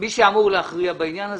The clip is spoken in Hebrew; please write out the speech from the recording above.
מי שאמור להכריע בעניין הזה.